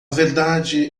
verdade